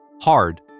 hard